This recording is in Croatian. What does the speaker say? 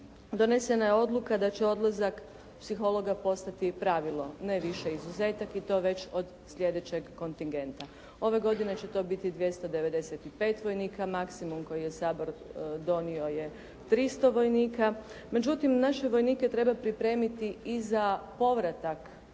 donesena je odluka da će odlazak psihologa postati pravilo, ne više izuzetak i to već od sljedećeg kontingenta. Ove godine će to biti 295 vojnika maksimum koje je Sabor, donio je 300 vojnika, međutim naše vojnike treba pripremiti i za povratak